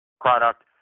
product